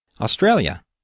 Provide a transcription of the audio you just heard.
Australia